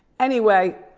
anyway,